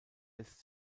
lässt